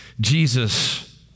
Jesus